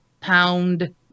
pound